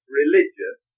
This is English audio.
religious